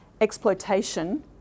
exploitation